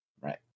right